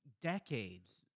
decades